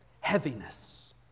heaviness